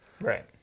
Right